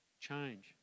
change